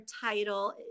title